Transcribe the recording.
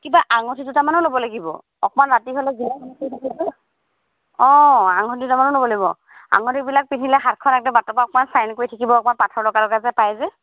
কিবা আঙুঠি দুটামানো ল'ব লাগিব অকণমান ৰাতিহ'লে অঁ আঙুঠি দুটামানো ল'ব লাগিব আঙুঠিবিলাক পিন্ধিলে হাতখন একদম বাটৰপৰা অকণমান চাইন কৰি থাকিব অকণমান পাথৰ লগা লগা যে পায় যে